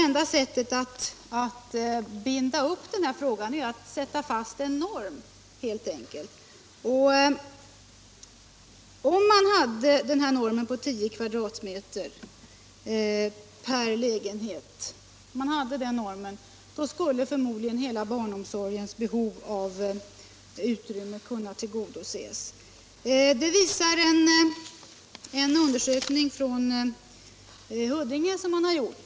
Enda sättet att binda upp denna fråga är att fastställa en norm. Med en norm på 10 m? per lägenhet skulle förmodligen hela barnomsorgens behov av utrymme kunna tillgodoses. Det visar en undersökning som gjorts i Huddinge.